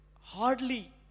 Hardly